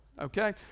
okay